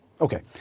Okay